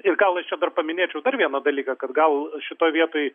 ir gal aš čia dar paminėčiau dar vieną dalyką kad gal šitoj vietoj